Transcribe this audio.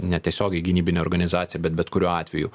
netiesiogiai gynybinė organizacija bet bet kuriuo atveju